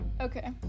Okay